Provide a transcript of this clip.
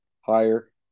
higher